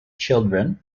children